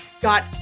got